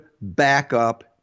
backup